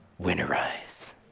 winterize